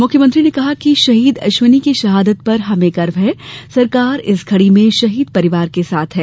मुख्यमंत्री ने कहा कि शहीद अश्विनी की शहादत पर हमें गर्व है सरकार इस घड़ी में शहीद परिवार के साथ है